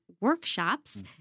workshops